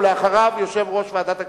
ולאחריו יושב-ראש ועדת הכספים,